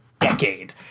decade